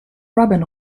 robin